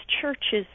churches